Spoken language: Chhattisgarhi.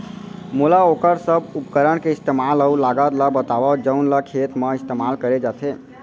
मोला वोकर सब उपकरण के इस्तेमाल अऊ लागत ल बतावव जउन ल खेत म इस्तेमाल करे जाथे?